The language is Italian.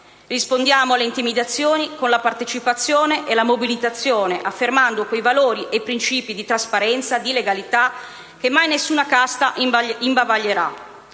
Rispondiamo alle intimidazioni con la partecipazione e la mobilitazione affermando quei valori e principi di trasparenza e legalità che mai nessuna casta imbavaglierà.